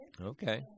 Okay